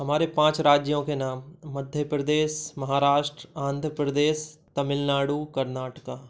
हमारे पाँच राज्यों के नाम मध्य प्रदेश महाराष्ट्र आंध प्रदेश तमिलनाडु कर्नाटका